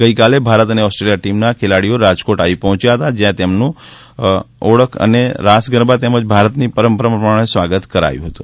ગઈકાલે ભારતીય અને ઓસ્ટ્રેલિયાની ટીમના ખેલાડીઓ રાજકોટ આવી પર્હોંચ્યા હતા જ્યાં હોટેલમાં તેમનુ ગુજરાતની ઓળખ એવા રાસ ગરબા તેમજ ભારતની પરંપરા પ્રમાણે સ્વાગત કરાયું હતું